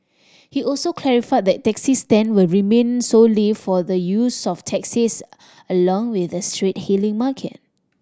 he also clarified that taxi stand will remain solely for the use of taxis along with the street hailing market